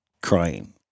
crying